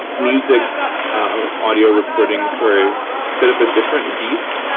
music ah audio recordings are a bit of a different beast,